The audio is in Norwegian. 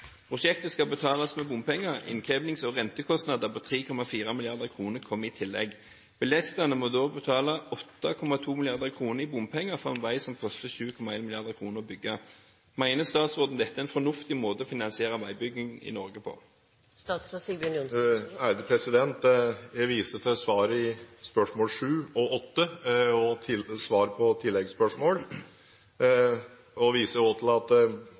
Prosjektet skal betales med bompenger. Innkrevings- og rentekostnader på 3,4 mrd. kr kommer i tillegg. Bilistene må betale 8,2 mrd. kr i bompenger for en vei som kostet 7,1 mrd. kr å bygge. Mener statsråden dette er en fornuftig måte å finansiere veiutbygging i Norge på?» Jeg viser til svaret i spørsmål sju og åtte, og til svar på tilleggsspørsmål, om at finansiering i form av bompenger er et supplement til statlig, fylkeskommunal og kommunal finansiering. Bompenger brukes der det er vilje og